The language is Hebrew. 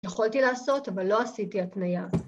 ‫יכולתי לעשות, אבל לא עשיתי התניה.